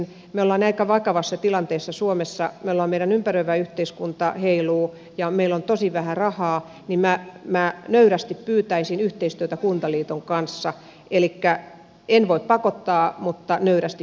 me olemme aika vakavassa tilanteessa suomessa meillä ympäröivä yhteiskunta heiluu ja meillä on tosi vähän rahaa niin että minä nöyrästi pyytäisin yhteistyötä kuntaliiton kanssa elikkä en voi pakottaa mutta nöyrästi pyydän